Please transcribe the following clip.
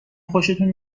خوشتون